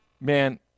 man